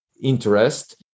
interest